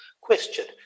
question